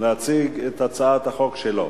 להציג את הצעת החוק שלו.